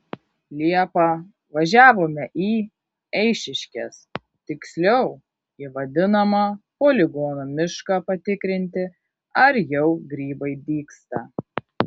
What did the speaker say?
liepą važiavome į eišiškes tiksliau į vadinamą poligono mišką patikrinti ar jau grybai dygsta